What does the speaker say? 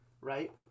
right